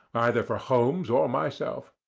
either for holmes or myself.